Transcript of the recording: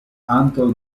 antaŭ